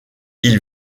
ils